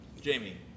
Jamie